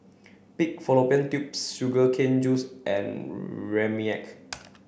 pig fallopian tubes sugar cane juice and Rempeyek